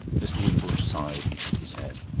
mr. wimbush sighed and shook his head.